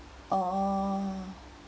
oo